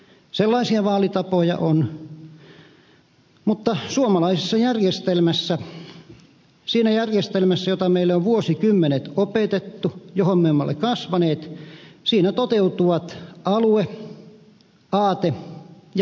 sellaisia vaalitapoja on mutta suomalaisessa järjestelmässä siinä järjestelmässä jota meille on vuosikymmenet opetettu johon me olemme kasvaneet toteutuvat alue aate ja henkilö